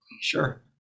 sure